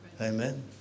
Amen